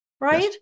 right